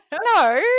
No